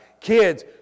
Kids